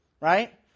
right